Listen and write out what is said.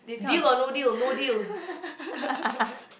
deal or no deal no deal